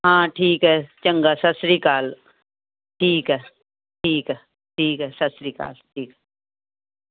ਹਾਂ ਠੀਕ ਹੈ ਚੰਗਾ ਸਤਿ ਸ੍ਰੀ ਅਕਾਲ ਠੀਕ ਹੈ ਠੀਕ ਹੈ ਠੀਕ ਹ ਸਤਿ ਸ੍ਰੀ ਅਕਾਲ